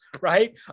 right